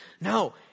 No